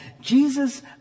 Jesus